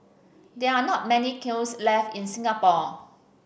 there are not many kilns left in Singapore